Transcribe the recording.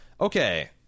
Okay